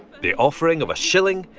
the offering of a shilling,